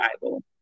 Bible